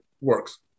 works